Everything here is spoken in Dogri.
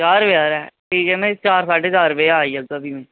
चार बजे ठीक ऐ मीं चारे सा चार बजे आई जागा फ्ही में